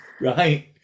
Right